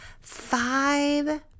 five